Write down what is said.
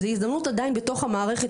זו הזדמנות עדיין בתוך המערכת,